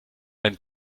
einen